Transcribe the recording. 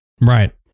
Right